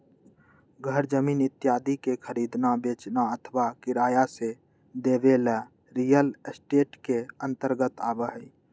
घर जमीन इत्यादि के खरीदना, बेचना अथवा किराया से देवे ला रियल एस्टेट के अंतर्गत आवा हई